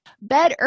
Bed